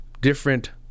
different